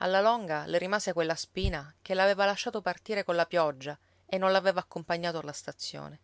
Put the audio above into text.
alla longa le rimase quella spina che l'aveva lasciato partire colla pioggia e non l'aveva accompagnato alla stazione